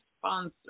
sponsor